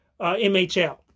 MHL